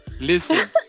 Listen